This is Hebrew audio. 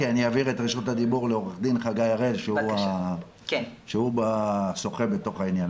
כי אעביר את רשות הדיבור לעו"ד חגי הראל שהוא שוחה בעניין.